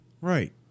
right